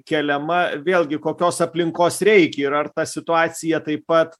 keliama vėlgi kokios aplinkos reikia ir ar ta situacija taip pat